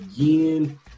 again